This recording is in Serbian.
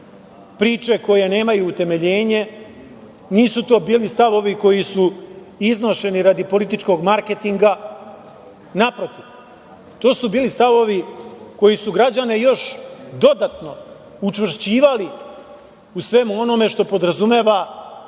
priče koje nemaju utemeljenje. Nisu to bili stavovi koji su iznošeni radi političkog marketinga. Naprotiv, to su bili stavovi koji su građane još dodatno učvršćivali u svemu onome što podrazumeva